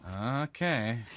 Okay